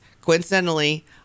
coincidentally